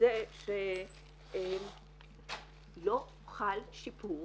זה שלא חל שיפור